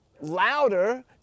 louder